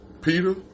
Peter